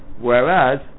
Whereas